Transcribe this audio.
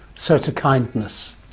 so it's a kindness.